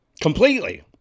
completely